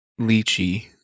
lychee